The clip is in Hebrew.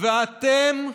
אתם,